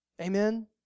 amen